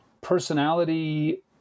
personality